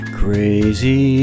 crazy